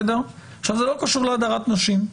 זה לא קשור להדרת נשים.